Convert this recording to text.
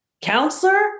Counselor